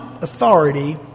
authority